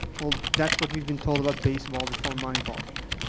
well, that's what we've been told about baseball before moneyball came.